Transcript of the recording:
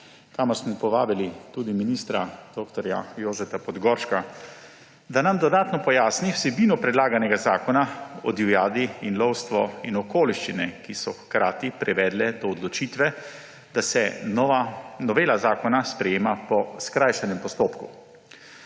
kamor smo povabili tudi ministra dr. Jožeta Podgorška, da nam dodatno pojasni vsebino predlaganega zakona o divjadi in lovstvu ter okoliščine, ki so hkrati privedle do odločitve, da se novela zakona sprejema po skrajšanem postopku.